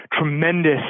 tremendous